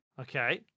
Okay